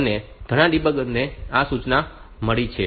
અને ઘણા ડિબગર્સ ને આ સુવિધાઓ મળી છે